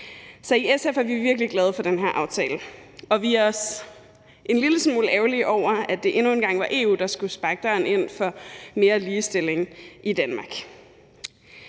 i SF er vi virkelig glade for den her aftale, og vi er også en lille smule ærgerlige over, at det endnu en gang var EU, der skulle sparke døren ind for mere ligestilling i Danmark.